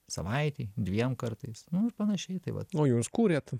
savaitei dviem kartais nu ir panašiai tai vat jūs kūrėt